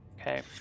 Okay